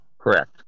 correct